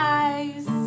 eyes